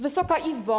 Wysoka Izbo!